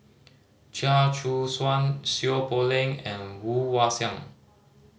Chia Choo Suan Seow Poh Leng and Woon Wah Siang